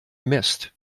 missed